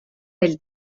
del